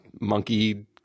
monkey